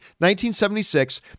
1976